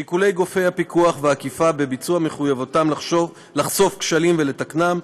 שיקולי גופי הפיקוח והאכיפה בביצוע מחויבותם לחשוף כשלים ולתקנם,